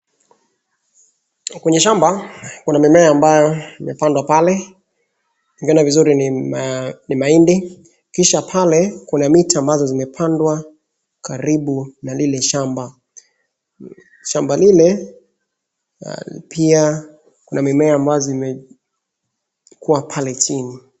Kwenye shamba, kuna mimea ambao imepandwa pale ,ukiona vizuri ni mahindi. Kisha pale kuna miti ambazo zimepandwa karibu na lile shamba. Shamba lile pia kuna mimea zimekua pale chini.